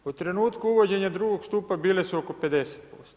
U trenutku uvođenja drugog stupa bile su oko 50%